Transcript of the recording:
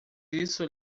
isso